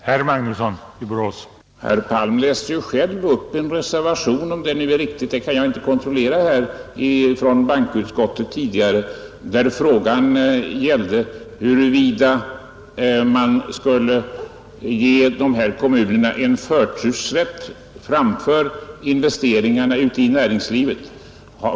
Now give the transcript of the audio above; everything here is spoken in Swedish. Herr talman! Herr Palm läste ju själv upp en reservation i bankoutskottet tidigare — om den är riktig kan jag inte kontrollera nu — där frågan ställdes huruvida expansionskommunerna skulle ges förtursrätt framför investeringarna i näringslivet.